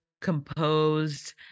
composed